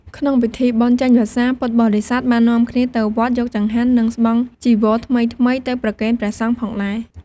ក្នុងពិធីបុណ្យចេញវស្សា ពុទ្ធបរិស័ទបាននាំគ្នាទៅវត្ត យកចង្ហាន់និងស្បង់ចីវរថ្មីៗទៅប្រគេនព្រះសង្ឃផងដែរ។